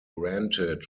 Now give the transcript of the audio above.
rented